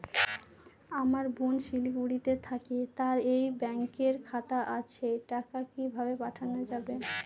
আমার বোন শিলিগুড়িতে থাকে তার এই ব্যঙকের খাতা আছে টাকা কি ভাবে পাঠানো যাবে?